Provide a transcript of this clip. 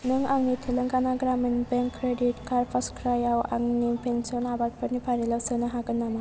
नों आंनि Telangana Gramin bank credit card फार्स्टक्राइआव आंनि पेनसन आबादफोरनि फारिलाइयाव सोनो हागोन नामा